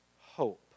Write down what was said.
hope